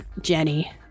Jenny